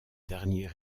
dernier